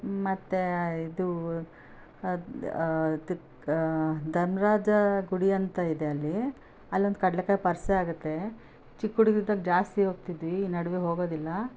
ಮತ್ತೆ ಇದು ಅದು ಇಕ ಧನರಾಜ ಗುಡಿ ಅಂತ ಇದೆ ಅಲ್ಲಿ ಅಲ್ಲೊಂದು ಕಡಲೆ ಕಾಯಿ ಪರಿಷೆ ಆಗುತ್ತೆ ಚಿಕ್ಕ ಹುಡುಗ್ರು ಇದ್ದಾಗ ಜಾಸ್ತಿ ಹೋಗ್ತಿದ್ವಿ ಈ ನಡುವೆ ಹೋಗೋದಿಲ್ಲ